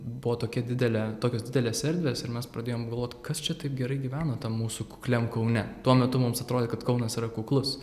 buo tokia didelė tokios didelės erdvės ir mes pradėjom galvot kas čia taip gerai gyveno tam mūsų kukliam kaune tuo metu mums atrodė kad kaunas yra kuklus